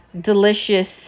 delicious